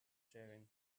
sharing